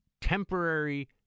temporary